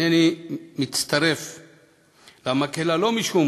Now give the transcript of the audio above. אינני מצטרף למקהלה, לא משום